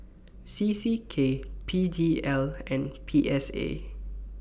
C C K P D L and P S A